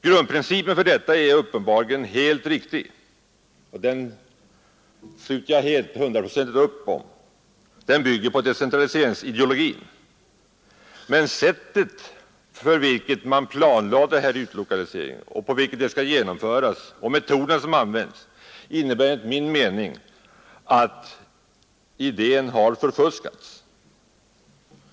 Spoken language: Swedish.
Grundprincipen för detta är uppenbarligen helt riktig, och den sluter jag hundraprocentigt upp om. Den bygger på decentraliseringsideologin. Men sättet på vilket man planlade utlokaliseringen och på vilket den skall genomföras och de metoder som används innebär enligt min mening att idén har förfuskats.